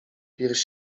pierś